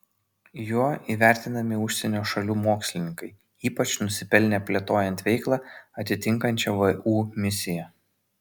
juo įvertinami užsienio šalių mokslininkai ypač nusipelnę plėtojant veiklą atitinkančią vu misiją